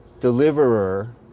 deliverer